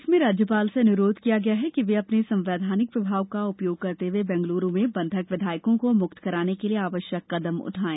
इसमें राज्यपाल से अनुरोध किया गया है कि वे अपने संवैधानिक प्रभाव का उपयोग करते हुए बैंगलुरु में बंधक विधायकों को मुक्त कराने के लिए आवश्यक कदम उठाएं